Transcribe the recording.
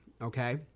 Okay